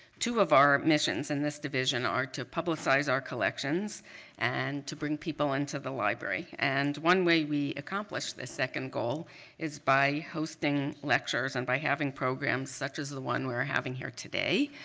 two of our missions in this division are to publicize our collections and to bring people into the library. and one way we accomplish the second goal is by hosting lectures and by having programs such as the one we're having here today.